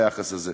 ביחס הזה.